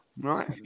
right